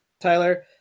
Tyler